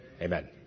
Amen